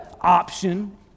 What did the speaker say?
option